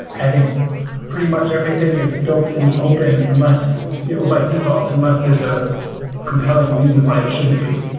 i think pretty much everything is built in the open unless yeah or by default, unless there's a compelling reason why it shouldn't be.